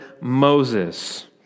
Moses